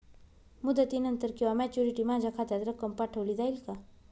मुदतीनंतर किंवा मॅच्युरिटी माझ्या खात्यात रक्कम पाठवली जाईल का?